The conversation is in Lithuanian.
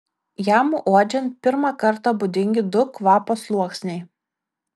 jam uodžiant pirmą kartą būdingi du kvapo sluoksniai